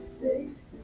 face